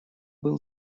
был